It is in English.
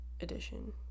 edition